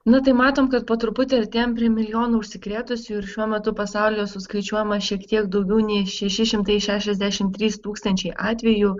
na tai matom kad po truputį artėjam prie milijono užsikrėtusių ir šiuo metu pasaulyje suskaičiuojama šiek tiek daugiau nei šeši šimtai šešiasdešimt trys tūkstančiai atvejų